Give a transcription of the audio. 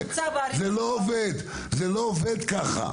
זה לא עובד כך.